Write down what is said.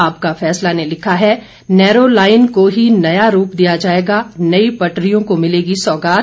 आपका फैसला ने लिखा है नैरो लाईन को ही नया रूप दिया जाएगा नई पटरियों को मिलेगी सौगात